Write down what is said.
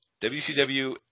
WCW